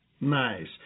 Nice